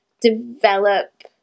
develop